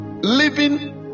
living